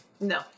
No